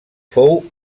fou